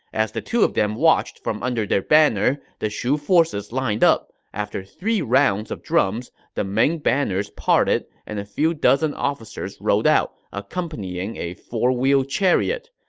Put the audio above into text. as the two of them watched from under their banner, the shu forces lined up. after three rounds of drums, the main banners parted, and a few dozen officers rode out, accompanying a four-wheel chariot.